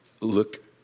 look